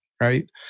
right